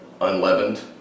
unleavened